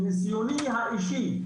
מניסיוני האישי,